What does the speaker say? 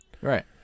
Right